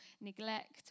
neglect